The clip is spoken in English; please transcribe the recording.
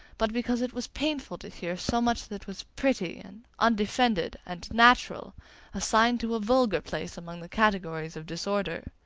but because it was painful to hear so much that was pretty, and undefended, and natural assigned to a vulgar place among the categories of disorder.